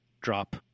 drop